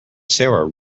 sarah